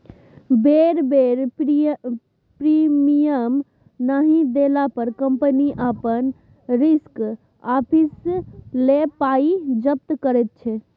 बेर बेर प्रीमियम नहि देला पर कंपनी अपन रिस्क आपिस लए पाइ जब्त करैत छै